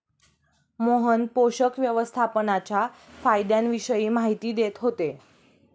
मोहन पोषक व्यवस्थापनाच्या फायद्यांविषयी माहिती देत होते